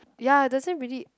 ya it doesn't really